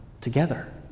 together